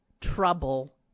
trouble